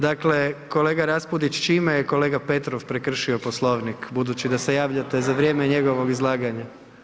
Dakle, kolega RAspudić čime je kolega Petrov prekršio Poslovnik budući da se javljate za vrijeme njegovog izlaganja.